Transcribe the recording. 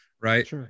right